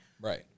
Right